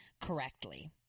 correctly